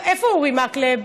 איפה אורי מקלב?